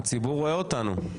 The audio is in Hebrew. הציבור רואה אותנו.